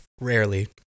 rarely